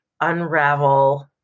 unravel